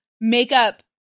makeup